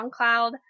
SoundCloud